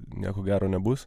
nieko gero nebus